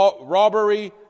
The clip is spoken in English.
robbery